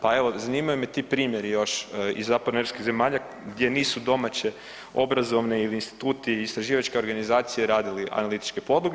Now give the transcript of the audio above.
Pa evo zanimaju me ti primjeri još iz zapadnoeuropskih zemalja gdje nisu domaće obrazovne ili instituti, istraživačke organizacije radili analitičke podloge.